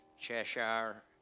Cheshire